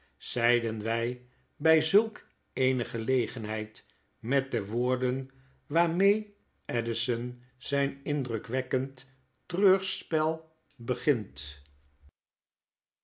zeiden wfl by zulk eene gelegenheid met de woorden waarmede addison zyn indrukwekkend treurspel begint